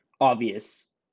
obvious